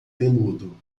peludo